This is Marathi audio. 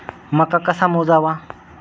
मका कसा मोजावा?